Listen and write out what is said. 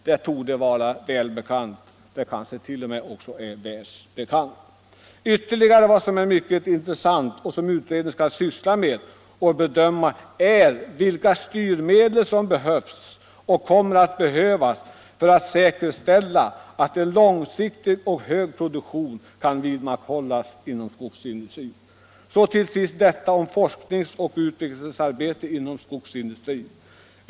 Det torde vara riksbekant, kanske t.o.m. världsbekant. En annan sak som är mycket intressant och som utredningen skall ta upp är vilka styrmedel som behövs och kommer att behövas för att säkerställa en långsiktig och hög produktion inom skogsindustrin. Så till sist forskningsoch utvecklingsarbetet inom skogsindustrin.